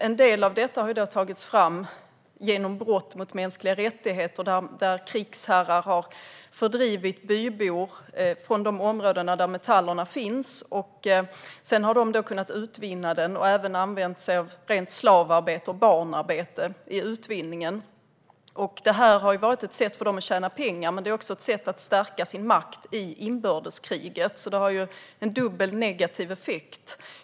En del av detta har tagits fram genom brott mot mänskliga rättigheter, där krigsherrar har fördrivit bybor från de områden där metallerna finns. Sedan har de kunnat utvinna metallerna, och de har även använt sig av rent slav och barnarbete i utvinningen. Detta har varit ett sätt för dem att tjäna pengar, men det är också ett sätt att stärka sin makt i inbördeskriget. Det har alltså en dubbelt negativ effekt.